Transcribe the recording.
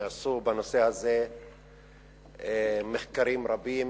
נעשו בנושא הזה מחקרים רבים,